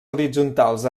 horitzontals